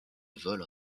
vols